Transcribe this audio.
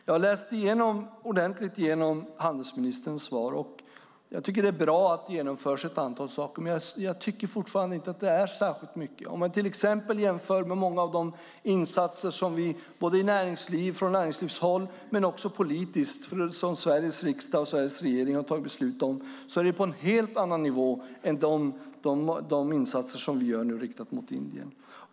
Jag har ordentligt läst igenom handelsministerns svar. Jag tycker att det är bra att ett antal saker genomförs, men jag tycker inte att det är särskilt mycket. Om man jämför med många insatser som Sveriges riksdag och Sveriges regering har tagit beslut om när det gäller näringsliv och politik är det på en helt annan nivå än de insatser som vi gör riktade mot Indien.